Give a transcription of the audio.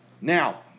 Now